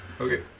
Okay